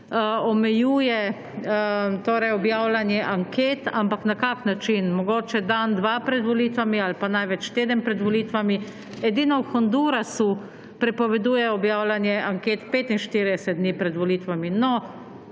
omejuje objavljanje anket. Ampak, na kakšen način? Mogoče dan, dva pred volitvami ali pa največ teden pred volitvami. Edino v Hondurasu prepovedujejo objavljanje anket 45 dni pred volitvami.